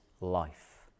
life